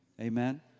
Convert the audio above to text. Amen